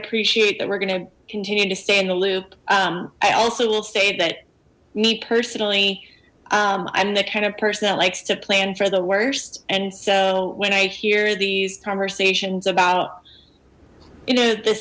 appreciate that we're gonna continue to stay in the loop i also will say that me personally i'm the kind of person that likes to plan for the worst and so when i hear these conversations about you know th